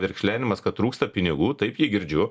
verkšlenimas kad trūksta pinigų taip jį girdžiu